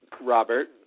Robert